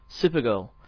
Supergirl